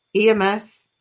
EMS